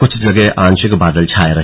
कुछ जगह आंशिक बादल छाये रहे